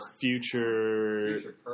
Future